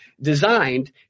designed